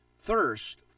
thirst